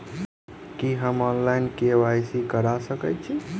की हम online, KYC करा सकैत छी?